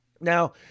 Now